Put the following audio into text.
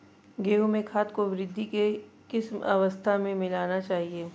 गेहूँ में खाद को वृद्धि की किस अवस्था में मिलाना चाहिए?